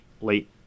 late